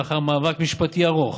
ולאחר מאבק משפטי ארוך